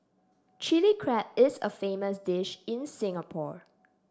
Chilli Crab is a famous dish in Singapore